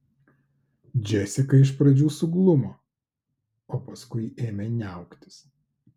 džesika iš pradžių suglumo o paskui ėmė niauktis